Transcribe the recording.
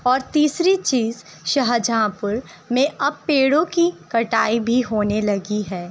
اور تیسری چیز شاہجہاں پور میں اب پیڑوں کی کٹائی بھی ہونے لگی ہے